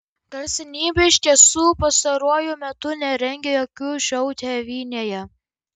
garsenybė iš tiesų pastaruoju metu nerengė jokių šou tėvynėje